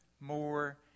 more